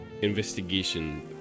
Investigation